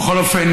בכל אופן,